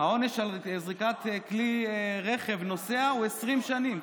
והעונש על זריקה על כלי רכב נוסע הוא 20 שנים,